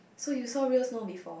so you saw real snow before